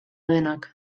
denak